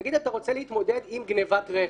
נגיד שאתה רוצה להתמודד עם גניבת רכב.